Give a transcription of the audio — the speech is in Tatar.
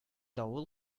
давыл